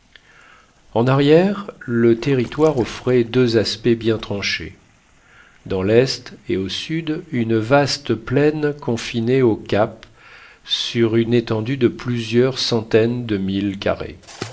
en arrière le territoire offrait deux aspects bien tranchés dans l'est et au sud une vaste plaine confinait au cap sur une étendue de plusieurs centaines de milles carrés